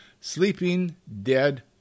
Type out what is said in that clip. sleeping-dead